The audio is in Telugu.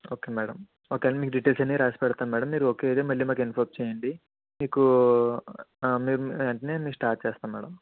ఓకే మేడం ఓకే అండి మీకు డీటెయిల్స్ అన్నీ రాసి పెడతాం మేడం మీరు ఓకే అయితే మళ్ళీ మాకు ఇన్ఫార్మ్ చేయండి మీకు వెంటనే మీకు స్టార్ట్ చేస్తాం మేడం